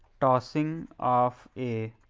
tossing of a